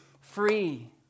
free